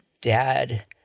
dad